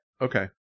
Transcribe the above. okay